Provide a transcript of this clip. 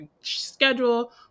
schedule